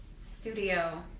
studio